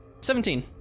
Seventeen